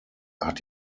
hat